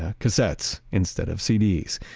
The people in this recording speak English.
ah cassettes instead of cds.